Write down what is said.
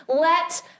let